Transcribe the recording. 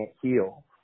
heal